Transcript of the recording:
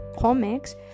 comics